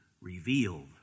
Revealed